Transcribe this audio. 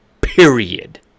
period